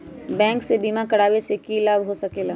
Bank से बिमा करावे से की लाभ होई सकेला?